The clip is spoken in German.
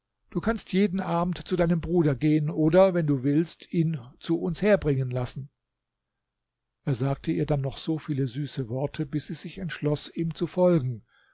du kannst jeden abend zu deinem bruder gehen oder wenn du willst ihn zu uns bringen lassen er sagte ihr dann noch so viele süße worte bis sie sich entschloß ihm zu folgen